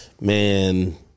man